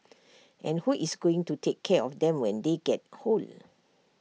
and who is going to take care of them when they get old